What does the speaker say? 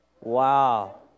Wow